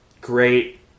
great